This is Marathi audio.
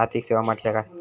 आर्थिक सेवा म्हटल्या काय?